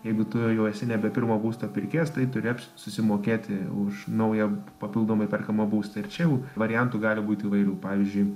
jeigu tu jau esi nebe pirmo būsto pirkėjas tai turi susimokėti už naują papildomai perkamą būstą ir čia jau variantų gali būti įvairių pavyzdžiui